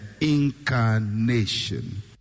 incarnation